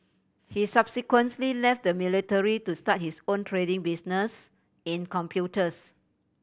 he subsequently left the military to start his own trading business in computers